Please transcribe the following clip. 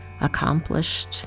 accomplished